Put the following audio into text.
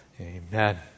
Amen